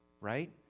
right